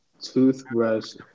Toothbrush